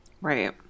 Right